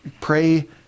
Pray